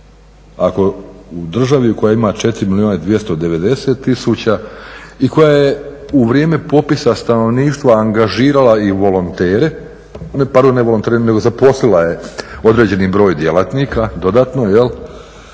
Ako u državi koja ima 4 milijuna 290 tisuća i koja je u vrijeme popisa stanovništva angažirala volontere, pardon ne volontere nego je zaposlila određeni broj djelatnika dodatno,